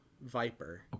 Viper